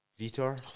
Vitor